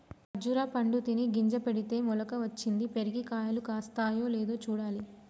ఖర్జురా పండు తిని గింజ పెడితే మొలక వచ్చింది, పెరిగి కాయలు కాస్తాయో లేదో చూడాలి